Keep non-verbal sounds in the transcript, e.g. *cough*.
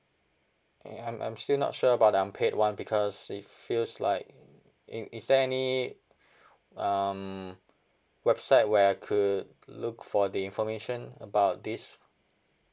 ya I'm I'm still not sure about the unpaid [one] because it feels like it it is there any *breath* um website where I could look for the information about this